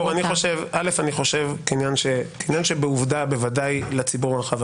א', אני חושב כעניין שבעובדה ודאי לציבור הרחב.